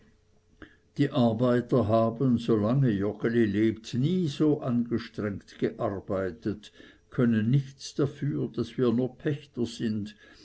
die arbeiter haben solange joggeli lebt nie so angestrengt gearbeitet können nichts dafür daß wir nur pächter sind